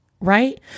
Right